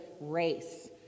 race